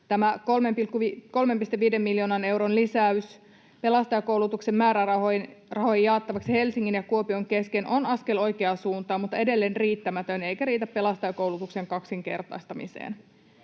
3,5 miljoonan euron lisäys pelastajakoulutuksen määrärahoihin jaettaviksi Helsingin ja Kuopion kesken on askel oikeaan suuntaan mutta edelleen riittämätön eikä riitä pelastajakoulutuksen kaksinkertaistamiseen.